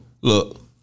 look